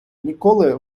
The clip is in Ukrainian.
ніколи